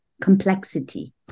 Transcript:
complexity